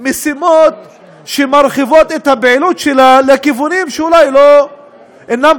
משימות שמרחיבות את הפעילות שלה לכיוונים שאולי אינם